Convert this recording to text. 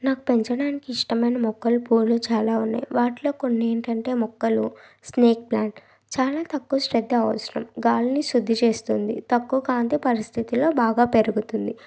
నాకు పెంచడానికి ఇష్టమైన మొక్కలు పూలు చాలా ఉన్నాయి వాటిలో కొన్ని ఏమిటంటే మొక్కలు స్నేక్ ప్లాంట్ చాలా తక్కువ శ్రద్ద అవసరం గాలిని శుద్ధి చేస్తుంది తక్కువ కాంతి పరిస్థితుల్లో బాగా పెరుగుతుంది